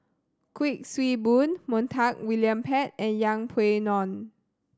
Kuik Swee Boon Montague William Pett and Yeng Pway Ngon